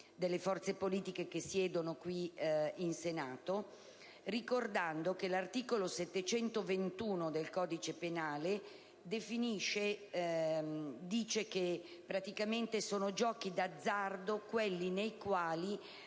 delle forze politiche che siedono qui in Senato, ricordando che l'articolo 721 del codice penale definisce giochi d'azzardo quelli nei quali